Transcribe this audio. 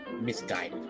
misguided